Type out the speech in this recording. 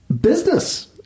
business